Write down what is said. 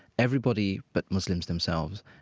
everybody but muslims themselves.